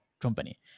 company